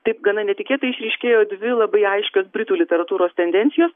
taip gana netikėtai išryškėjo dvi labai aiškios britų literatūros tendencijos